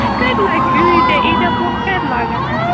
اَسہِ کَتہِ لَگہِ ییٖتیٛاہ ییٖتیٛاہ پۅنٛسہٕ کَتہِ لَگَن اَسہِ